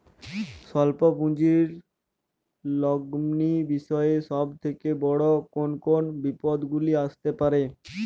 স্বল্প পুঁজির লগ্নি বিষয়ে সব থেকে বড় কোন কোন বিপদগুলি আসতে পারে?